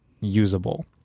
usable